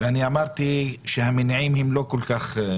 ואני אמרתי שהמניעים הם לא כל כך